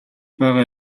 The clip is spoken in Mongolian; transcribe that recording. байгаа